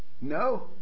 No